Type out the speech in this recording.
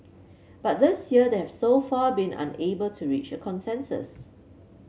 but this year they have so far been unable to reach a consensus